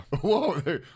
Whoa